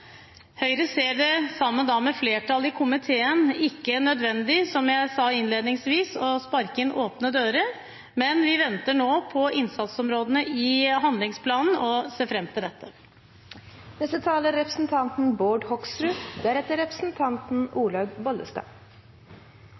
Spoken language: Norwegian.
Høyre ser det, sammen med flertallet i komiteen, ikke nødvendig, som jeg sa innledningsvis, å sparke inn åpne dører. Vi venter nå på innsatsområdene i handlingsplanen og ser fram til dette. Teknologi vil bli en av bærebjelkene i framtidens helse- og omsorgstjeneste – det er